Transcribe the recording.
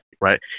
right